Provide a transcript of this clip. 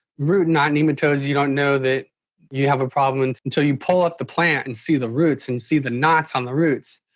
root-knot nematodes you don't know that you have a problem until you pull up the plant and see the roots, and see the knots on the roots.